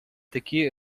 такі